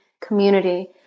community